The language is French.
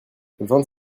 vingt